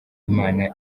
imana